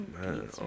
man